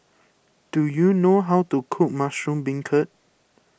do you know how to cook Mushroom Beancurd